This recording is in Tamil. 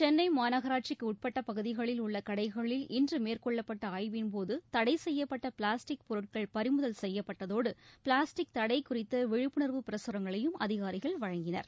சென்னை மாநகராட்சிக்கு உட்பட்ட பகுதிகளில் உள்ள கடைகளில் இன்று மேற்கொள்ளப்பட்ட ஆய்வின் போது தடை செய்யப்பட்ட பிளாஸ்டிக் பொருட்கள் பறிமுதல் செய்யப்பட்டதோடு பிளாஸ்டிக் தடை குறித்த விழிப்புணர்வு பிரசுரங்களையும் அதிகாரிகள் வழங்கினர்